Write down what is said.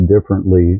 differently